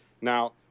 Now